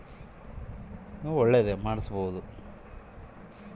ನಾನು ಈ ನಡುವೆ ಫೋನ್ ಪೇ ನಾಗ ಗಾಡಿ ಇನ್ಸುರೆನ್ಸ್ ಬಗ್ಗೆ ನೋಡಿದ್ದೇ ಇದು ಒಳ್ಳೇದೇನಾ?